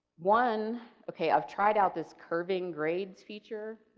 one okay, i've tried out this curving grades feature.